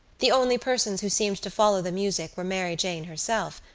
the only persons who seemed to follow the music were mary jane herself,